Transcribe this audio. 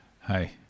Hi